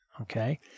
okay